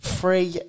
free